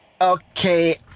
Okay